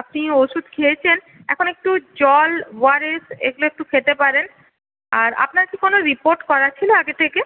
আপনি ওষুধ খেয়েছেন এখন একটু জল ওআরএস এগুলো একটু খেতে পারেন আর আপনার কি কোন রিপোর্ট করাছিল আগে থেকে